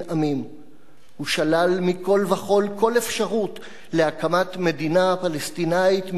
הוא שלל מכול וכול כל אפשרות להקמת מדינה פלסטינית ממערב לירדן,